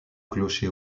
clocher